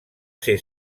ser